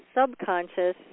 subconscious